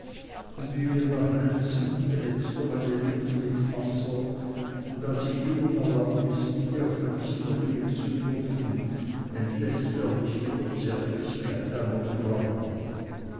und wie wir daheim sind benetzt er meine lippen mit wasser und als ich ihn um erlaubnis bitte auf mein zimmer gehen zu dürfen entläßt er mich mit der zärtlichkeit einer frau